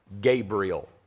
Gabriel